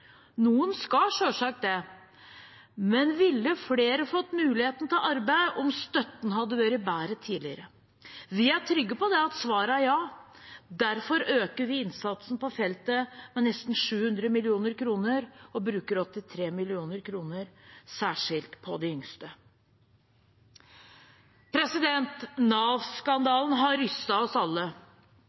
Noen skal selvsagt det, men ville flere fått muligheten til å arbeide om støtten hadde vært bedre tidligere? Vi er trygge på at svaret er ja. Derfor øker vi innsatsen på feltet med nesten 700 mill. kr og bruker 83 mill. kr særskilt på de yngste. Nav-skandalen har rystet oss alle,